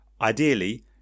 Ideally